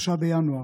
3 בינואר,